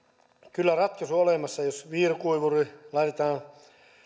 kyllä ratkaisu olemassa jos viirakuivuri laitetaan